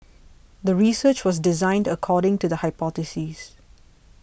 the research was designed according to the hypothesis